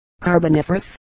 Carboniferous